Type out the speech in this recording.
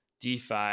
DeFi